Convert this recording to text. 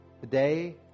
today